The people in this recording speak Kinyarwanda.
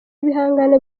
ibihangano